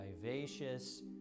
vivacious